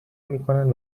میکنن